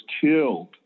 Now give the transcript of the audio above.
killed